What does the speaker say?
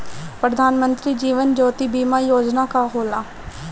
प्रधानमंत्री जीवन ज्योति बीमा योजना का होला?